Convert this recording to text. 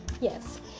Yes